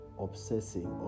obsessing